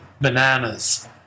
bananas